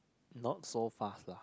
not so fast lah